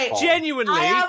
Genuinely